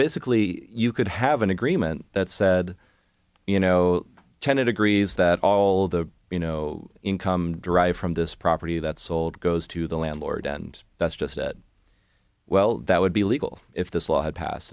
basically you could have an agreement that said you know tenant agrees that all of the you know income derived from this property that sold goes to the landlord and that's just it well that would be legal if this law had passed